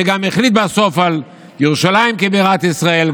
שגם החליט בסוף על ירושלים כבירת ישראל,